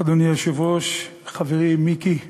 אדוני היושב-ראש, חברי מיקי לוי,